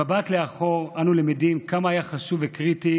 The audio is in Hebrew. במבט לאחור אנו למדים כמה היה חשוב וקריטי